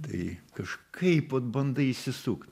tai kažkaip vat bandai išsisukt